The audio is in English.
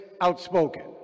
outspoken